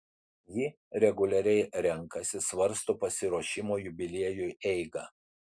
ji reguliariai renkasi svarsto pasiruošimo jubiliejui eigą